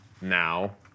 now